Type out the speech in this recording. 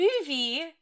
movie